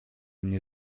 mnie